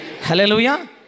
Hallelujah